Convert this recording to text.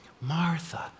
Martha